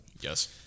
Yes